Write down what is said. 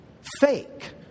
fake